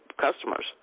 customers